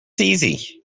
easy